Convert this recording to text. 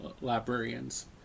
librarians